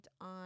on